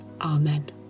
Amen